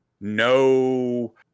no